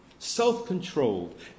self-controlled